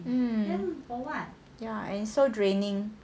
um ya and it's so draining